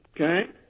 okay